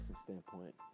standpoint